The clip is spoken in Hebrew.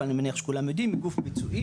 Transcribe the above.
אבל אני מניח שכולם יודעים היא גוף ביצועי,